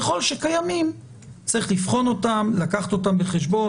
אז ככל שקיימים צריך לבחון אותם ולקחת אותם בחשבון.